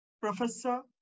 Professor